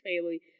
family